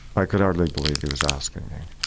i could hardly believe he was asking me